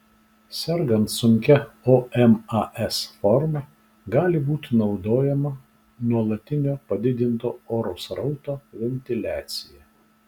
sergant sunkia omas forma gali būti naudojama nuolatinio padidinto oro srauto ventiliacija